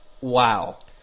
Wow